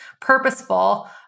purposeful